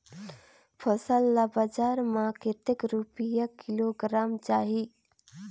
फसल ला बजार मां कतेक रुपिया किलोग्राम जाही?